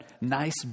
nice